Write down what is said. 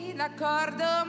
d'accordo